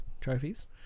Trophies